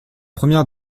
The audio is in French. première